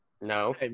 No